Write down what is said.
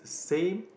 same